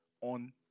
on